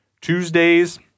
Tuesdays